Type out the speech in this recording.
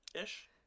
Ish